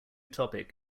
topic